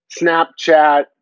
Snapchat